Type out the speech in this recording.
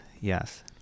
yes